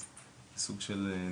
אז נתקענו.